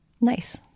Nice